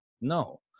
No